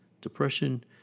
depression